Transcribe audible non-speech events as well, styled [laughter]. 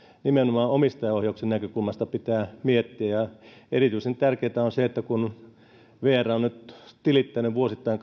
nimenomaan omistajaohjauksen näkökulmasta pitää miettiä erityisen tärkeää on se kun vr on nyt tilittänyt vuosittain [unintelligible]